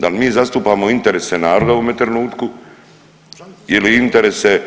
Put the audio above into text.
Da li mi zastupamo interese naroda u ovome trenutku ili interese